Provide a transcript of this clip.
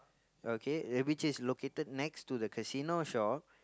okay uh which is located next to the casino shop